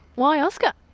why oscar?